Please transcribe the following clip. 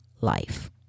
life